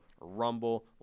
rumble